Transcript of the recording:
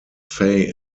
fay